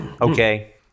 Okay